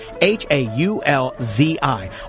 H-A-U-L-Z-I